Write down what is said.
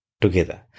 together